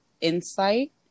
insight